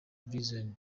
reason